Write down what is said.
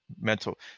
mental